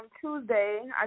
Tuesday